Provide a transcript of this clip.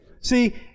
See